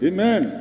Amen